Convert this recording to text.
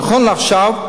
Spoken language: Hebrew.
נכון לעכשיו,